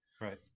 Right